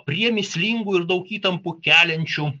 prie mįslingų ir daug įtampų keliančių